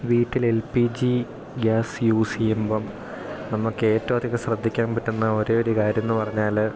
വീട്ടിൽ L P G gas use ചെയ്യുമ്പം നമുക്കേറ്റവും അധികം ശ്രദ്ധിക്കാൻ പറ്റുന്ന ഒരേ ഒരു കാര്യം എന്ന് പറഞ്ഞാല്